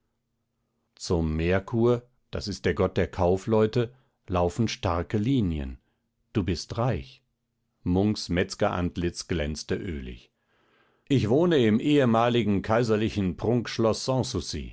zum merkur das ist der gott der kaufleute laufen starke linien du bist reich munks metzgerantlitz glänzte ölig ich wohne im ehemaligen kaiserlichen